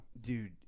Dude